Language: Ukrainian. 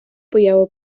появи